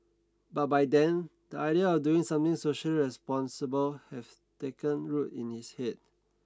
but by then the idea of doing something social responsible have taken root in his head